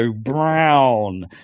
brown